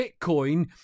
Bitcoin